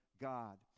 God